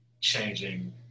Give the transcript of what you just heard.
changing